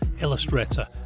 illustrator